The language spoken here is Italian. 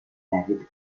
david